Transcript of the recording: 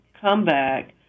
comeback